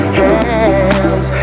hands